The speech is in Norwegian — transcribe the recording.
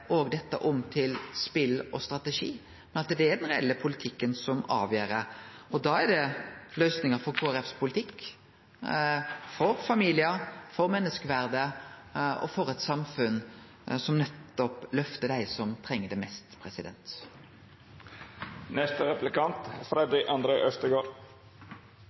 lagar dette om til spel og strategi, men at det er den reelle politikken som avgjer dette. Og da er løysinga Kristeleg Folkepartis politikk for familiar, for menneskeverdet og for eit samfunn som løftar dei som treng det mest.